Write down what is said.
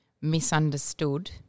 misunderstood